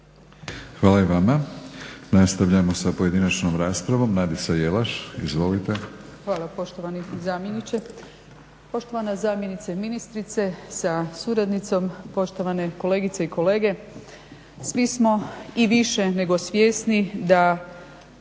Hvala i vama. Nastavljamo sa pojedinačnom raspravom. Nadica Jelaš, izvolite. **Jelaš, Nadica (SDP)** Hvala poštovani zamjeniče. Poštovana zamjenice ministrice sa suradnicom, poštovane kolegice i kolege. Svi smo i više nego svjesni da